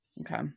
Okay